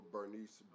Bernice